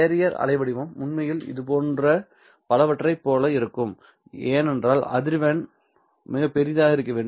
carrier அலைவடிவம் உண்மையில் இது போன்ற பலவற்றைப் போல இருக்கும்ஏனென்றால் அதிர்வெண் மிக பெரியதாக இருக்க வேண்டும்